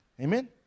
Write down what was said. Amen